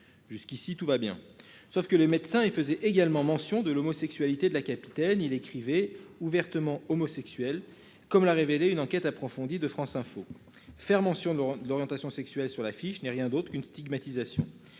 Jusqu'ici tout va bien sauf que le médecin il faisait également mention de l'homosexualité de la Capitaine il écrivait ouvertement homosexuel, comme l'a révélé une enquête approfondie de France Info. Faire mention de l'orientation sexuelle sur la fiche n'ai rien d'autre qu'une stigmatisation